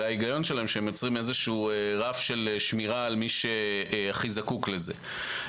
ההיגיון שלהם יוצר איזשהו רף של שמירה על מי שהכי זקוק לזה.